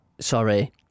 sorry